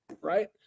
Right